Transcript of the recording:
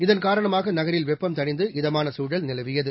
இதள் காரணமாக நகரில் வெய்பம் தணிந்து இதமான சூழல் நிலவியது